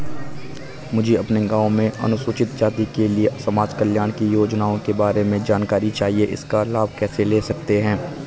मुझे अपने गाँव में अनुसूचित जाति के लिए समाज कल्याण की योजनाओं के बारे में जानकारी चाहिए इसका लाभ कैसे ले सकते हैं?